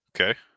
Okay